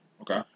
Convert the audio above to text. Okay